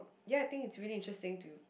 ya I think it's really interesting to